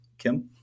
Kim